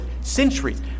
centuries